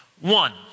One